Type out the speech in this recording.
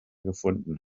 gefunden